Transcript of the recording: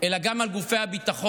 אלא גם על גופי הביטחון,